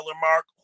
mark